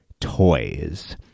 toys